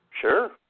Sure